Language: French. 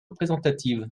représentative